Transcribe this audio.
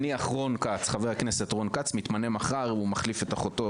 נניח חבר הכנסת רון כץ מתמנה מחר והוא מחליף את אחותו